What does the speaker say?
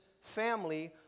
family